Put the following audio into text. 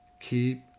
Keep